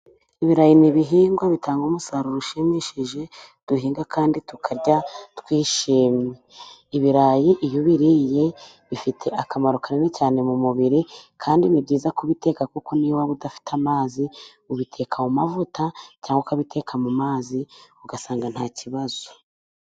Ibirayi ni ibihingwa bitanga umusaruro ushimishije， duhinga kandi tukarya twishimye. Ibirayi iyo ubiriye bifite akamaro kanini cyane mu mubiri，kandi ni byiza kubiteka kuko niyo waba udafite amazi， ubiteka mu mavuta，cyangwa ukabiteka mu mazi，ugasanga nta kibazo.